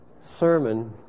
sermon